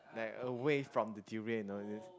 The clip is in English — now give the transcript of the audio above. like away from the durian you know these